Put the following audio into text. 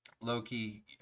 loki